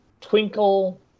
Twinkle